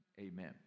Amen